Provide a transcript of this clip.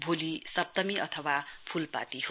भोलि सप्तमी अथवा फूलपाती हो